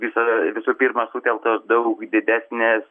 visa visų pirma sutelktos daug didesnės